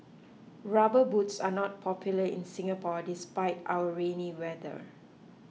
rubber boots are not popular in Singapore despite our rainy weather